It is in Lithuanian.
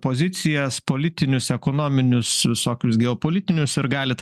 pozicijas politinius ekonominius visokius geopolitinius ir galit